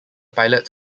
pilots